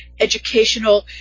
educational